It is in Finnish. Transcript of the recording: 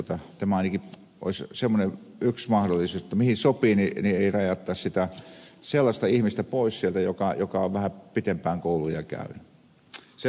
tämä ainakin olisi semmoinen yksi mahdollisuus että mihin sopii niin ei rajattaisi sitä sellaista ihmistä pois sieltä joka on vähän pitempään kouluja käynyt